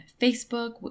Facebook